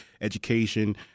education